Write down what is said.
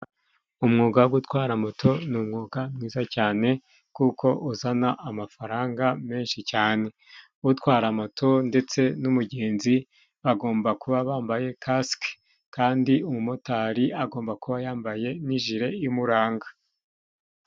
Umwuga wo gutwara moto ni umwuga mwiza cyane, kuko uzana amafaranga menshi cyane. Utwara moto ndetse n'umugenzi, bagomba kuba bambaye kasike, kandi umumotari agomba kuba yambaye n' ijile imuranga.